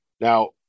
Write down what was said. Now